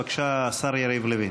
בבקשה, השר יריב לוין.